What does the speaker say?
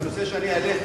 את הנושא שאני העליתי.